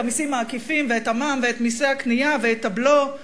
המסים העקיפים ואת המע"מ ואת מסי הקנייה ואת הבלו.